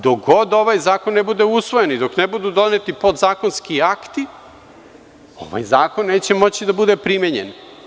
Dok god ovaj zakon ne bude usvojen i dok ne budu doneti podzakonski akti ovaj zakon neće moći da bude primenjen.